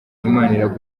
imana